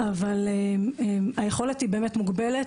אבל היכולת היא באמת מוגבלת,